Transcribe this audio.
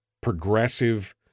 progressive